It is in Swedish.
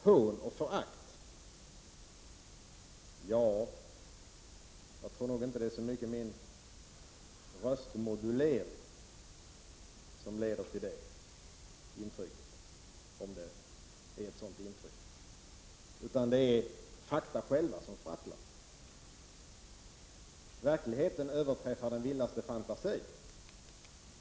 Hån och förakt, sade Sture Ericson. Jag tror inte att det så mycket är min röstmodulering som leder till det intrycket, om man nu kan få ett sådant intryck. Nej, det är fakta själva som sprattlar. Verkligheten överträffar den vildaste fantasi.